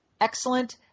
excellent